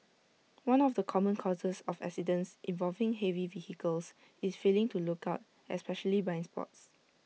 one of the common causes of accidents involving heavy vehicles is failing to look out especially blind spots